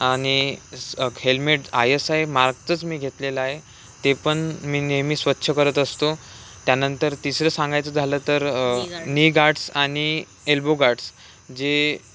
आणि स helmet I S I मार्कचंच मी घेतलेलं आहे ते पण मी नेहमी स्वच्छ करत असतो त्यानंतर तिसरं सांगायचं झालं तर नी गार्ड्स आणि एल्बो गार्ड्स जे